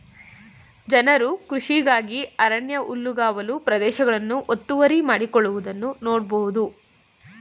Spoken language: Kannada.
ಜನರು ಕೃಷಿಗಾಗಿ ಅರಣ್ಯ ಹುಲ್ಲುಗಾವಲು ಪ್ರದೇಶಗಳನ್ನು ಒತ್ತುವರಿ ಮಾಡಿಕೊಳ್ಳುವುದನ್ನು ನೋಡ್ಬೋದು